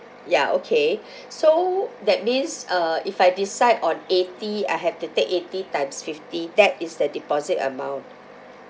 ya okay so that means uh if I decide on eighty I have to take eighty times fifty that is the deposit amount